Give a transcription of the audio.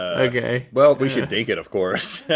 ah okay. well we should dink it, of course.